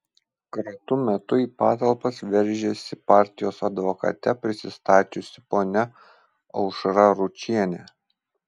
kratų metu į patalpas veržėsi partijos advokate prisistačiusi ponia aušra ručienė